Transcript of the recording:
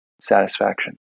satisfaction